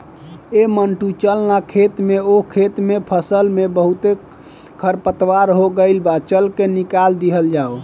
ऐ मंटू चल ना खेत में ओह खेत के फसल में बहुते खरपतवार हो गइल बा, चल के निकल दिहल जाव